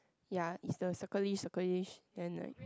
ya it's the circle dish circle dish then like